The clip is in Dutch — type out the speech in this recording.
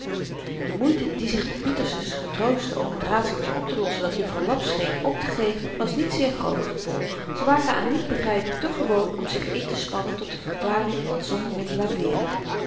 de moeite die zich de pietersens getroostten om t raadseltjen optelossen dat juffrouw laps scheen optegeven was niet zeer groot ze waren aan niet begrypen te gewoon om zich intespannen tot de verklaring van dat zonderling